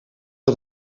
had